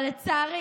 אבל לצערי,